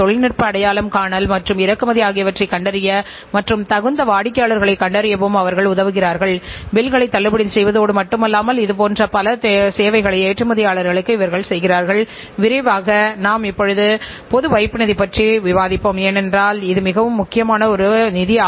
budget தொடர்பான இருப்புநிலைகளை நீங்கள் தயார் செய்கிறீர்கள் பட்ஜெட் வருமான அறிக்கை அவர்களின் பட்ஜெட் செய்யப்பட்ட லாபம் அல்லது முன்கூட்டியே நமக்குத் தெரிந்த இழப்புகளை விட நம் கையில் இருந்தால் நாம் கொஞ்சம் கொஞ்சமாக ஏற்ற இறக்கத்தைக் குறைக்கலாம்